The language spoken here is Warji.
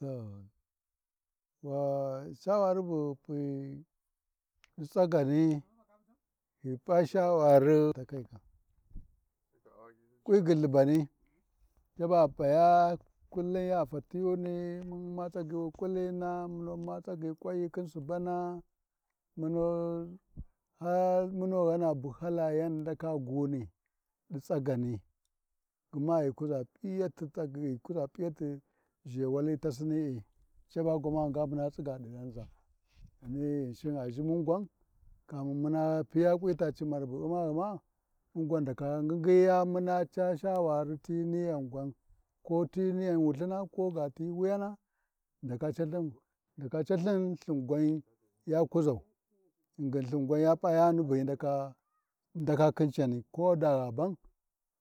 Na’am, shawari bu ghi pi ɗi tsagani ghi p'a shawari ƙwi gyullubani caba ghi P’aya, kullum ya fatiyuni mum U’mma tsagyi wi kulina, mun Umma tagyi kwanyi khin Subana, muna har mun ghana bu hala yandaka gunni ɗi tsagani, gma ghi kuʒa P’iati ʒhewali tasini’i caba gwamani ga muna tsiga ɗi ghanʒa wunu Ghinshin aʒhi mungwan, kaman mun piya tita cimar bu Vimmaghina, mun gwan ghi ndaka ngyinghiya mun caa shawari ti niyan gwai ko ti niyan wulthuna koga ni wuyana, ghi ndaka C’aLthin Lthin gwan ya kuzau, ghingin Lthin gwan ya p’a yan ya ndaka ndak thin cani, koda gha bani